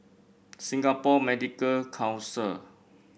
Singapore Medical Council